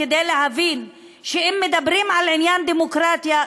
כדי להבין שאם מדברים על עניין הדמוקרטיה,